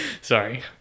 Sorry